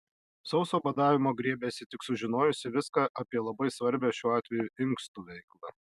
sauso badavimo griebėsi tik sužinojusi viską apie labai svarbią šiuo atveju inkstų veiklą